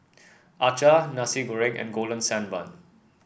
Acar Nasi Goreng and Golden Sand Bun